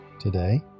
today